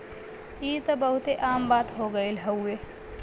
ई त बहुते आम बात हो गइल हउवे